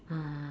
uh